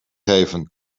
geven